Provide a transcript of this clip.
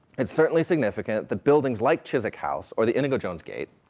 it's certainly significant that buildings like chiswick house, or the inigo jones gate,